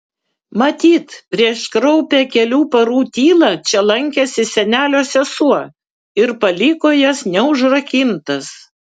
matyt prieš kraupią kelių parų tylą čia lankėsi senelio sesuo ir paliko jas neužrakintas